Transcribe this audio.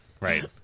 right